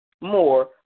more